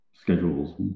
Schedules